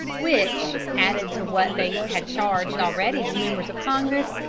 which, added to what they had charged already to members of congress,